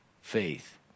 faith